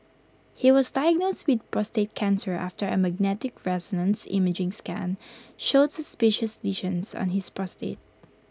he was diagnosed with prostate cancer after A magnetic resonance imaging scan showed suspicious lesions on his prostate